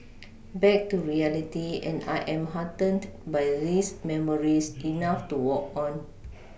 back to reality and I am heartened by these memories enough to walk on